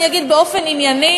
אני אגיד באופן ענייני,